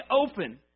open